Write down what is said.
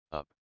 up